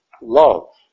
love